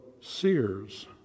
Sears